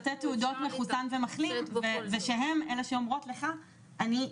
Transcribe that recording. תעודות מחוסן ומחלים ושהם אלה שאומרות לך אני,